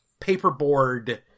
paperboard